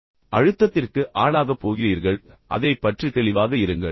நீங்கள் மன அழுத்தத்திற்கு ஆளாகப் போகிறீர்கள் எனவே அதைப் பற்றி தெளிவாக இருங்கள்